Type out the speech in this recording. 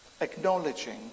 Acknowledging